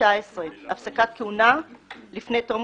הפסקת כהונה לפני תום